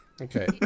Okay